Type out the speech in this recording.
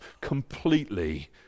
completely